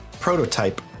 prototype